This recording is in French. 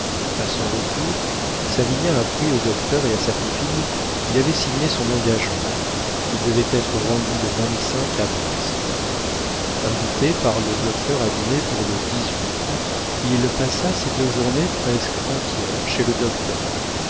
a son retour savinien apprit au docteur et à sa pupille qu'il avait signé son engagement il devait être rendu le à brest invité par le docteur a dîner pour le il passa ces deux journées presque entières chez le docteur